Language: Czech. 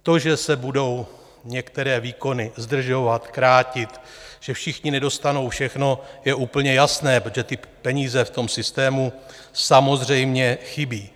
To, že se budou některé výkony zdržovat, krátit, že všichni nedostanou všechno, je úplně jasné, protože peníze v tom systému samozřejmě chybějí.